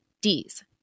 Ds